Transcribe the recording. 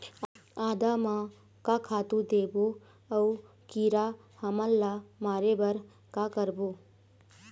आदा म का खातू देबो अऊ कीरा हमन ला मारे बर का करबो?